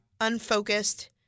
unfocused